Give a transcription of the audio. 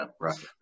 Right